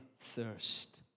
thirst